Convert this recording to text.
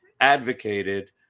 advocated